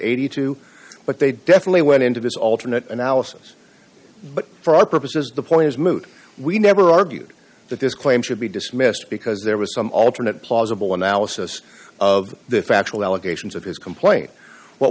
eighty two but they definitely went into this alternate analysis but for our purposes the point is moot we never argued that this claim should be dismissed because there was some alternate plausible analysis of the factual allegations of his complaint what